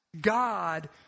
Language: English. God